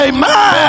Amen